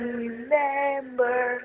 remember